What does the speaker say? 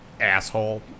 asshole